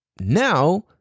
now